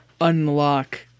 unlock